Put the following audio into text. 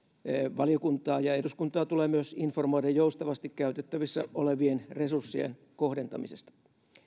valiokuntaa ja eduskuntaa tulee myös informoida joustavasti käytettävissä olevien resurssien kohdentamisesta